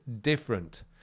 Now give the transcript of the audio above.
different